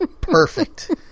perfect